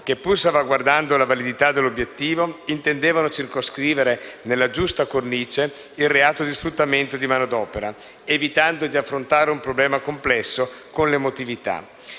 che, pur salvaguardando la validità dell'obiettivo, intendevano circoscrivere nella giusta cornice il reato di sfruttamento e manodopera, evitando di affrontare un problema complesso con l'emotività.